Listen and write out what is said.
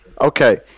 Okay